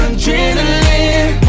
Adrenaline